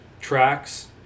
tracks